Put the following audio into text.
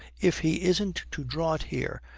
if he isn't to draw it here,